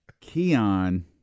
Keon